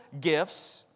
gifts